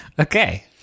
Okay